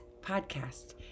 podcast